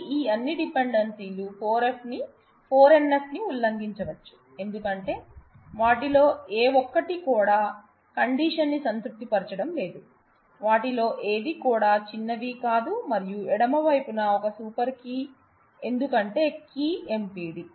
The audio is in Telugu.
కాబట్టి ఈ అన్ని డిపెండెన్సీలు 4 NF ని ఉల్లంఘించవచ్చు ఎందుకంటే వాటిలో ఏ ఒక్కటి కూడా కండిషన్ ని సంతృప్తి పరచడం లేదు వాటిలో ఏదీ కూడా చిన్నవి కాదు మరియు ఎడమ వైపు న ఒక సూపర్ కీ ఎందుకంటే కీ MPD